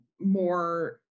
more